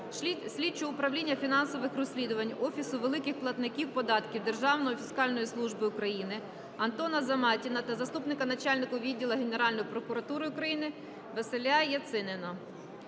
слідчого управління фінансових розслідувань Офісу великих платників податків Державної фіскальної служби України Антона Замятіна та заступника начальника відділу Генеральної прокуратури України Василя Яцинина.